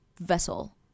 vessel